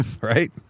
right